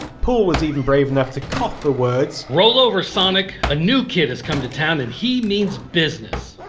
paul was even brave enough to cough the words roll over sonic, a new kid has come to town and he means business,